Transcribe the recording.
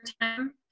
time